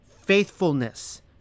Faithfulness